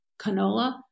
canola